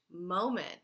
moment